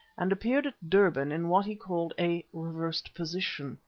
and appeared at durban in what he called a reversed position.